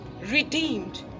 Redeemed